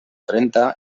trenta